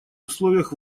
условиях